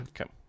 Okay